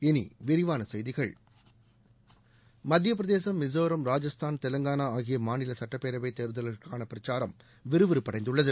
இனி விரிவான செய்திகள் மத்தியப்பிரதேசும் மிசோரம் ராஜஸ்தான் தெலங்கானா ஆகிய மாநில சட்டப்பேரவை தேர்தல்களுக்கான பிரச்சாரம் விறுவிறுப்படைந்துள்ளது